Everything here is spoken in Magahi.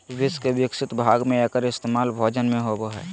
विश्व के विकसित भाग में एकर इस्तेमाल भोजन में होबो हइ